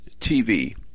TV